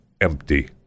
empty